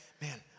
man